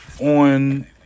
on